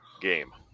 game